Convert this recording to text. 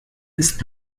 ist